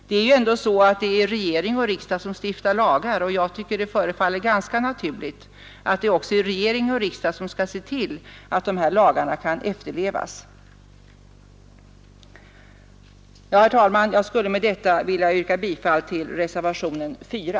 Det är ju ändå regering och riksdag som stiftar lagar, och jag tycker därför det förefaller ganska naturligt att det också är regering och riksdag som skall se till att lagarna efterlevs. Herr talman! Jag skulle med dessa ord vilja yrka bifall till reservationen 4.